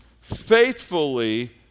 faithfully